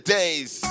Days